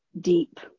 deep